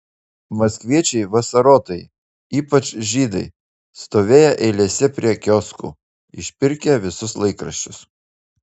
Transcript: maskviečiai vasarotojai ypač žydai stovėję eilėse prie kioskų išpirkę visus laikraščius